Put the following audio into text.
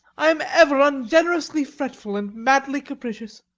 i am ever ungenerously fretful and madly capricious!